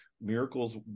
Miracle's